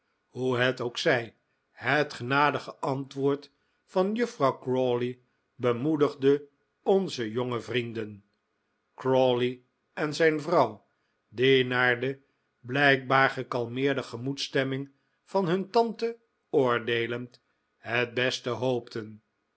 hoe het ook zij het genadige antwoord van juffrouw crawley bemoedigde onze jonge vrienden crawley en zijn vrouw die naar de blijkbaar gekalmeerde gemoedsstemming van hun tante oordeelend het beste hoopten